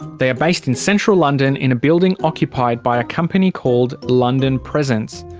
they are based in central london, in a building occupied by a company called london presence.